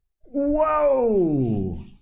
Whoa